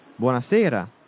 Buonasera